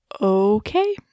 Okay